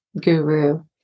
guru